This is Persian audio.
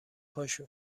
پاشو